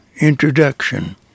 Introduction